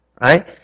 right